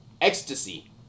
ecstasy